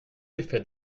l’effet